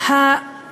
אני